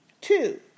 Two